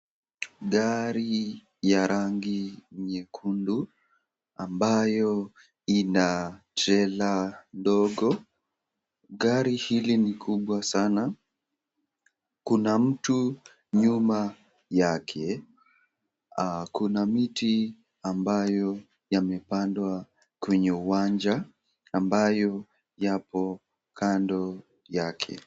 Gari ya rangi nyekundu ambayo ina trela ndogo, gari hili ni kubwa Sana. Kuna mtu nyuma yake ,kuna miti ambayo yamepandwa kwenye uwanja ambayo yapo Kando yake.